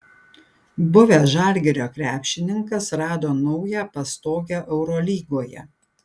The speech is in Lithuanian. buvęs žalgirio krepšininkas rado naują pastogę eurolygoje